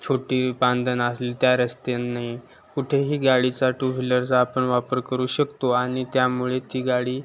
छोटी बांधण असली त्या रस्त्यानं ने कुठेही गाडीचा टू व्हील्लरचा आपण वापर करू शकतो आणि त्यामुळे ती गाडी